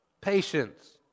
patience